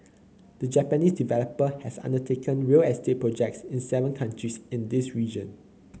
the Japanese developer has undertaken real estate projects in seven countries in this region